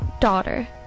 daughter